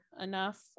enough